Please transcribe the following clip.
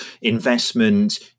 investment